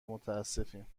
متاسفیم